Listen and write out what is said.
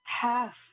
half